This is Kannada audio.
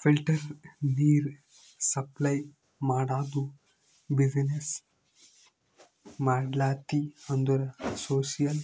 ಫಿಲ್ಟರ್ ನೀರ್ ಸಪ್ಲೈ ಮಾಡದು ಬಿಸಿನ್ನೆಸ್ ಮಾಡ್ಲತಿ ಅಂದುರ್ ಸೋಶಿಯಲ್